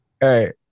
Hey